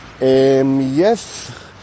Yes